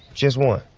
just one.